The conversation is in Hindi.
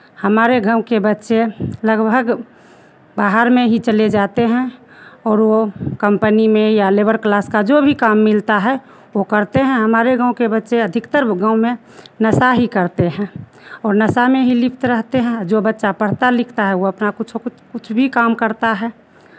हमारे गाँव के बच्चे लगभग बाहर में ही चले जाते हैं और वो कम्पनी में या लेबर क्लास का जो भी काम मिलता है वो करते हैं हमारे गाँव के बच्चे अधिकतर गाँव में नशा ही करते हैं और नशा में ही लिप्त रहते हैं जो बच्चा पढ़ता लिखता है वो अपना कुछो कुछ कुछ भी काम करता है